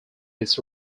its